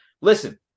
listen